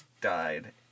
died